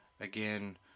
Again